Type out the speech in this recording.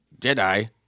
Jedi